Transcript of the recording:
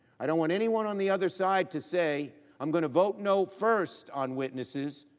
i don't want anyone on the other side to say i'm going to vote no first on witnesses,